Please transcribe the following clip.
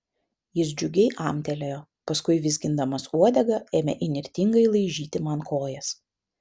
jis džiugiai amtelėjo paskui vizgindamas uodegą ėmė įnirtingai laižyti man kojas